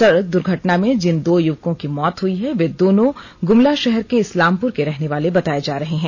सड़क दुर्घटना में जिन दो युवकों की मौत हुई है वे दोनों गुमला शहर के इस्लामपुर के रहने वाले बताये जा रहे हैं